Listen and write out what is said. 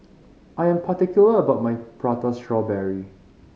I am particular about my Prata Strawberry